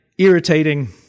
irritating